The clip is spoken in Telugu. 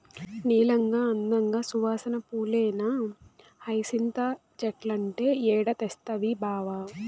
నీలంగా, అందంగా, సువాసన పూలేనా హైసింత చెట్లంటే ఏడ తెస్తవి బావా